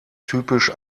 typisch